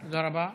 תודה רבה.